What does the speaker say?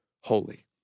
holy